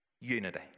unity